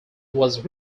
was